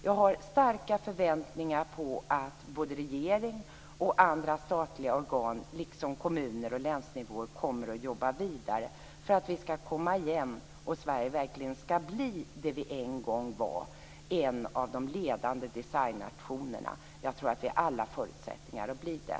Jag har stora förväntningar på att såväl regeringen som andra statliga organ, liksom kommuner och län, kommer att jobba vidare för att vi skall komma igen och för att Sverige verkligen skall bli det vi en gång var: en av de ledande designnationerna. Jag tror att vi har alla förutsättningar att bli det.